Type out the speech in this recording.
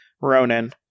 Ronan